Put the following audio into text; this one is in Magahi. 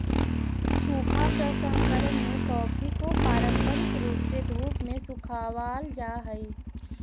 सूखा प्रसंकरण में कॉफी को पारंपरिक रूप से धूप में सुखावाल जा हई